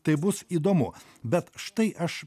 tai bus įdomu bet štai aš